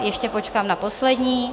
Ještě počkám na poslední.